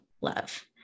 love